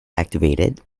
activated